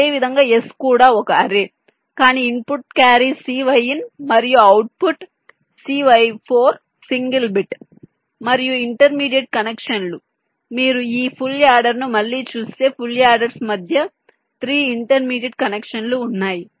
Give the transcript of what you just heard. అదేవిధంగా s కూడా ఒక array కానీ ఇన్పుట్ క్యారీ cy in మరియు అవుట్పుట్ cy 4 సింగిల్ బిట్ మరియు ఇంటర్మీడియట్ కనెక్షన్లు మీరు ఈ ఫుల్ యాడర్ను మళ్ళీ చూస్తే ఫుల్ యాడర్స్ మధ్య 3 ఇంటర్మీడియట్ కనెక్షన్లు ఉన్నాయి